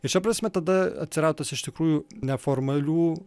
ir šia prasme tada atsirado tas iš tikrųjų neformalių